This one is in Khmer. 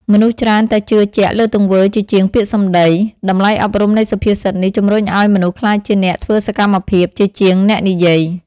មនុស្សច្រើនតែជឿជាក់លើទង្វើជាជាងពាក្យសម្ដី។ តម្លៃអប់រំនៃសុភាសិតនេះជំរុញឱ្យមនុស្សក្លាយជាអ្នកធ្វើសកម្មភាព ជាជាងអ្នកនិយាយ។